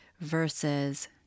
versus